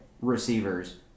receivers